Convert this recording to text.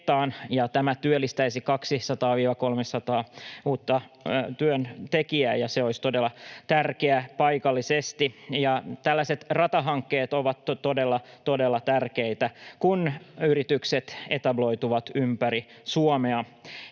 tämä työllistäisi 200—300 uutta työntekijää, ja se olisi todella tärkeää paikallisesti. Tällaiset ratahankkeet ovat todella, todella tärkeitä, kun yritykset etabloituvat ympäri Suomea,